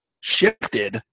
shifted